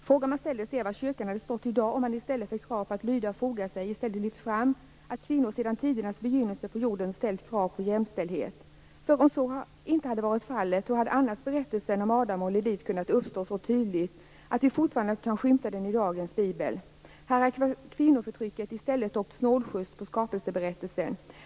Frågan man ställer sig är: Var hade kyrkan stått i dag om man i stället för krav på att lyda och foga sig hade lyft fram att vi kvinnor sedan tidernas begynnelse på jorden ställt krav på jämställdhet? Om så inte hade varit fallet, hur hade berättelsen om Adam och Lilith annars kunnat uppstå så tydligt att den fortfarande kan skymtas i dagens bibel? Här har kvinnoförtrycket i stället åkt snålskjuts på skapelseberättelsen.